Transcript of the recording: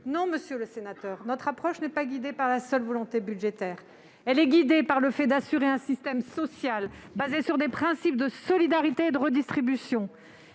Non, monsieur le sénateur, notre approche n'est pas guidée par la seule volonté budgétaire. Elle est guidée par le fait d'assurer un système social fondé sur les principes de solidarité et de redistribution,